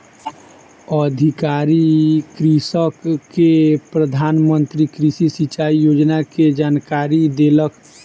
अधिकारी कृषक के प्रधान मंत्री कृषि सिचाई योजना के जानकारी देलक